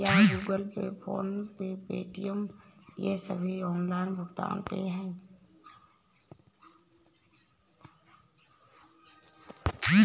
क्या Google Pay PhonePe Paytm ये सभी ऑनलाइन भुगतान ऐप हैं?